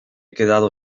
quedado